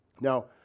Now